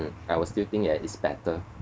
mm I was still think that it's better